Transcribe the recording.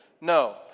No